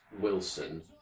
Wilson